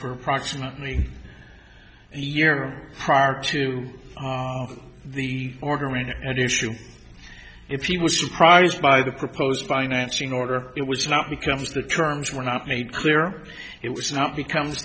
for approximately a year prior to the order and the issue if he was surprised by the proposed financing order it was not becomes the terms were not made clear it was not becomes